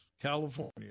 California